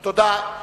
תודה.